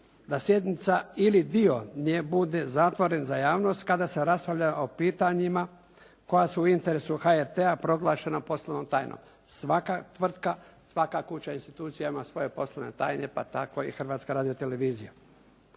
da sjednica ili dio nje bude zatvoren za javnost kada se raspravlja o pitanjima koja su u interesu HRT-a proglašena poslovnom tajnom. Svaka tvrtka, svaka kuća i institucija ima svoje poslovne tajne pa tako i Hrvatska radio-televizija.